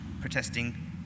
protesting